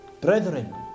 Brethren